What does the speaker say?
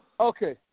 Okay